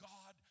God